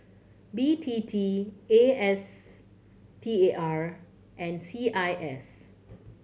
B T T A S T A R and C I S